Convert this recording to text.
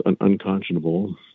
unconscionable